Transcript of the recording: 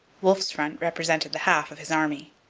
wolfe's front represented the half of his army.